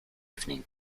evening